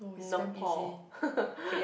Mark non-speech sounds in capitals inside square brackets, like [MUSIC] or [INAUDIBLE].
Nepal [LAUGHS]